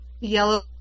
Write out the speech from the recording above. yellow